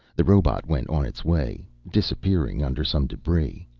the robot went on its way, disappearing under some debris.